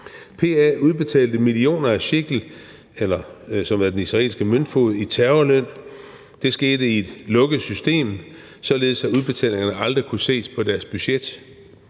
er den israelske møntfod, i terrorløn. Det skete i et lukket system, således at udbetalingerne aldrig kunne ses på deres budget.